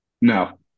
No